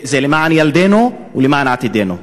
זה למען ילדינו ולמען עתידנו.